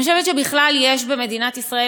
אני חושבת שבכלל יש במדינת ישראל,